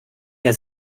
der